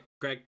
Greg